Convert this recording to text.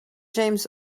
james